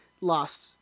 lost